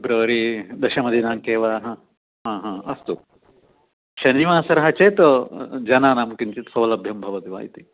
फ़ब्रवरी दशमदिनाङ्के वा अस्तु शनिवासरः चेत् जनानां किञ्चित् सौलभ्यं भवति वा इति